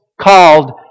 called